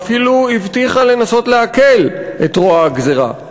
ואפילו הבטיחה לנסות להקל את רוע הגזירה.